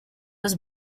was